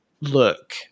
look